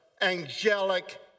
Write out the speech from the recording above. angelic